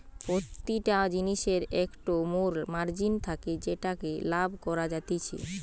প্রতিটা জিনিসের একটো মোর মার্জিন থাকে যেটাতে লাভ করা যাতিছে